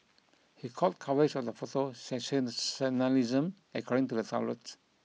he called coverage of the photo sensationalism according to the outlets